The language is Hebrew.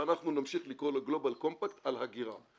ואנחנו נמשיך לקרוא לו גלובל קומפקט על הגירה.